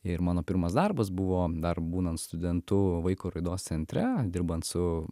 ir mano pirmas darbas buvo dar būnant studentu vaiko raidos centre dirbant su